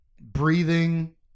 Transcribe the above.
breathing